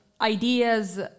ideas